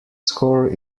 score